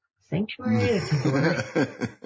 sanctuary